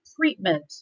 treatment